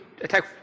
attack